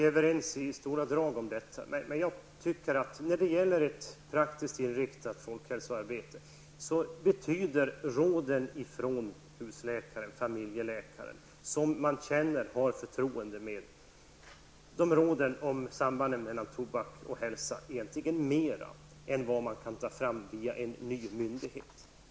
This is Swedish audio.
Herr talman! Jag tror att vi är överens i stora drag. I ett praktiskt inriktat folkhälsoarbete betyder råden från husläkaren, som man känner och har förtroende för, om sambandet mellan tobak och hälsa egentligen mera än råd som kommer från en ny myndighet.